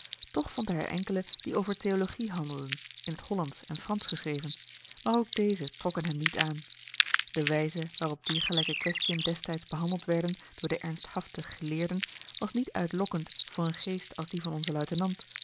vond hij er enkele die over theologie handel in t hollandsch en fransch geschreven maar ook deze trokken hem niet aan de wijze waarop diergelijke quaestiën destijds behandeld werden door de ernsthafte geleerden was niet uitlokkend voor een geest als die van onzen luitenant